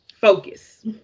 Focus